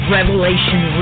Revelation